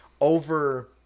over